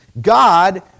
God